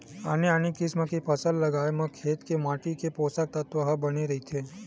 आने आने किसम के फसल लगाए म खेत के माटी के पोसक तत्व ह बने रहिथे